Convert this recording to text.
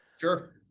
Sure